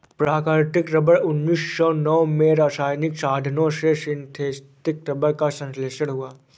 प्राकृतिक रबर उन्नीस सौ नौ में रासायनिक साधनों से सिंथेटिक रबर का संश्लेषण हुआ